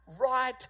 right